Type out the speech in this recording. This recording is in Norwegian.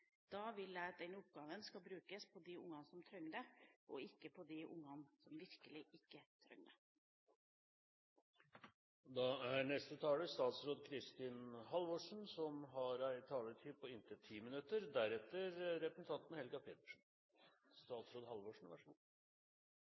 Da vil jeg at den oppgaven skal brukes på de ungene som trenger det, og ikke på de ungene som virkelig ikke trenger det. Jeg er veldig glad for at komiteen står så samlet om det som